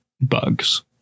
bugs